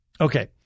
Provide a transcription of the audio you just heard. okay